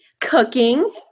cooking